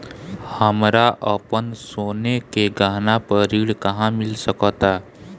हमरा अपन सोने के गहना पर ऋण कहां मिल सकता?